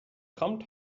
kommt